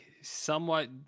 somewhat